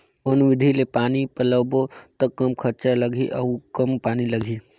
कौन विधि ले पानी पलोबो त कम खरचा लगही अउ कम पानी लगही?